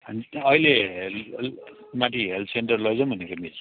अहिले हेल् हेल् माथि हेल्थसेन्टर लैजाऊँ भनेको मिस